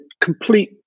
complete